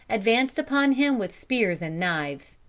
advanced upon him with spears and knives.